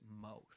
mouth